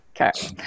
Okay